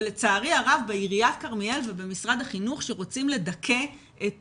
ולצערי הרב בעיריית כרמיאל ובמשרד החינוך רוצים לדכא את